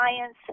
science